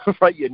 right